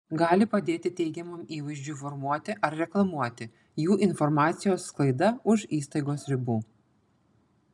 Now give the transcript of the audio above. gali padėti teigiamam įvaizdžiui formuoti ar reklamuoti jų informacijos sklaida už įstaigos ribų